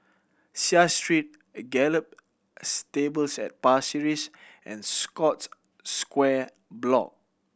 Seah Street Gallop Stables at Pasir Ris and Scotts Square Block